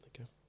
Okay